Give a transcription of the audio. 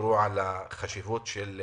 שדיברו קודם על החשיבות שלהם.